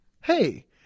Hey